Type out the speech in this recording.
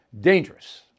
Dangerous